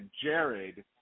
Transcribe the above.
Jared